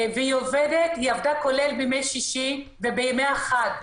והיא עבדה, כולל בימי שישי ובימי החג.